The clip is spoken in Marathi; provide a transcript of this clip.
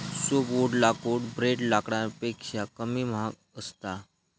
सोफ्टवुड लाकूड ब्रेड लाकडापेक्षा कमी महाग असता